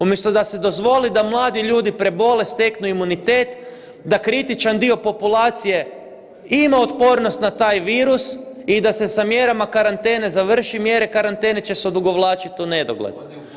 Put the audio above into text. Umjesto da se dozvoli da mladi ljudi prebole, steknu imunitet, da kritičan dio populacije ima otpornost na taj virus i da se sa mjerama karantene završi, mjere karantene će se odugovlačiti u nedogled.